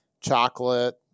chocolate